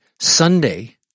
Sunday